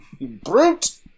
brute